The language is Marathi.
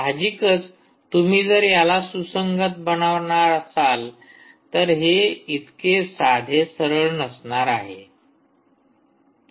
साहजिकच तुम्ही जर याला सुसंगत बनवणार असाल तर हे इतके साधे सरळ नसणार आहे